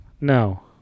No